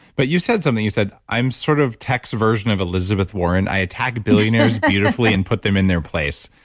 but you said something, you said, i'm sort of tech's version of elizabeth warren. i attack billionaires beautifully and put them in their place.